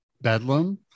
Bedlam